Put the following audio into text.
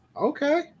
okay